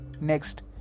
Next